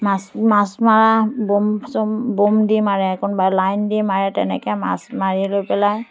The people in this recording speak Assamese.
মাছ মাছ মাৰা বম চম বম দি মাৰে কোনোবাই লাইন দি মাৰে তেনেকৈ মাছ মাৰি লৈ পেলাই